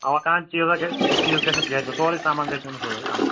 اوا کانٛہہ چیٖز گَژھِنہٕ چیٖز گَژھُن سورُے سامان گَژھِ اَنُن سۭتۍ